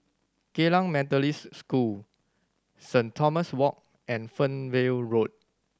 Geylang Methodist School Saint Thomas Walk and Fernvale Road